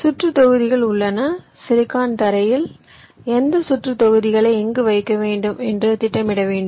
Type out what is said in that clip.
சுற்றுத் தொகுதிகள் உள்ளன சிலிக்கான் தரையில் எந்த சுற்றுத் தொகுதிகளை எங்கு வைக்க வேண்டும் என்று திட்டமிட வேண்டும்